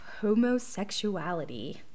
homosexuality